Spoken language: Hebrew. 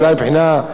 אולי מבחינה,